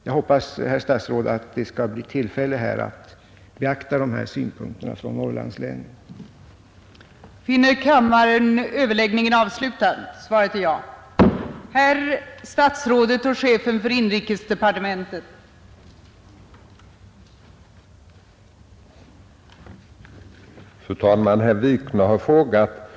Jag hoppas, herr statsråd, att det skall bli tillfälle att beakta dessa synpunkter när framställningen från arbetsmarknadsmyndigheterna om extra anslag skall behandlas.